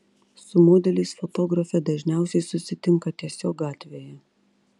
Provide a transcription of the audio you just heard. su modeliais fotografė dažniausiai susitinka tiesiog gatvėje